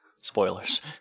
Spoilers